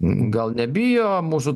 gal nebijo mūsų